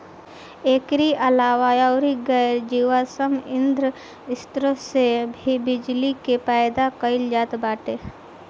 एकरी अलावा अउर गैर जीवाश्म ईधन स्रोत से भी बिजली के पैदा कईल जात बाटे